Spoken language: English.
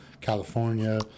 California